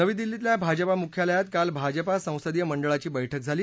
नवी दिल्लीतल्या भाजपा मुख्यालयात काल भाजपा संसदीय मंडळाची बैठक झाली